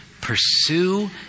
Pursue